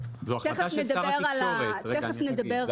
תיכף נדבר על --- רגע אני אגיד,